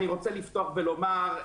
אני רוצה לפתוח ולומר,